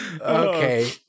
Okay